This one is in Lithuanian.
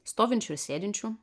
stovinčių ir sėdinčių